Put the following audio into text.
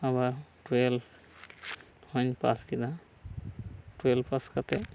ᱟᱵᱟᱨ ᱴᱩᱭᱮᱞᱵ ᱦᱚᱧ ᱯᱟᱥ ᱠᱮᱫᱟ ᱴᱩᱭᱮᱞ ᱯᱟᱥ ᱠᱟᱛᱮᱫ